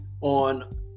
on